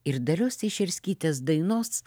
ir darios išerskytės dainos